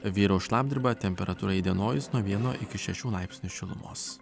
vyraus šlapdriba temperatūrai įdienojus nuo vieno iki šešių laipsnių šilumos